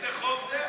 איזה חוק זה?